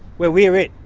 where we're it.